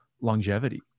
longevity